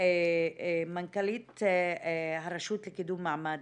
מנכ"לית הרשות לקידום מעמד